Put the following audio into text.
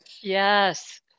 Yes